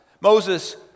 Moses